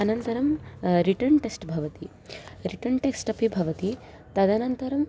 अनन्तरं written test भवति written test अपि भवति तदनन्तरम्